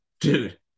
Dude